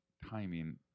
timing